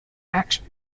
action